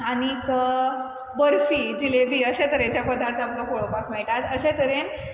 आनीक बर्फी जिलेबी अशें तरेचे पदार्थ आमकां पोळोपाक मेयटा अशा तरेन